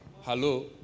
Hello